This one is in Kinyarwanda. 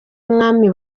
mwami